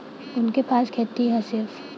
उनके पास खेती हैं सिर्फ